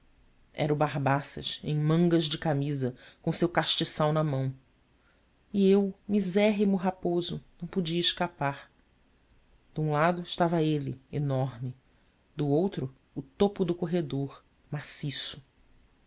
era o barbaças em mangas de camisa com o seu castiçal na mão e eu misérrimo raposo não podia escapar de um lado estava ele enorme do outro o topo do corredor maciço